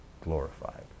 glorified